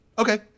Okay